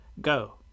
Go